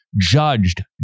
Judged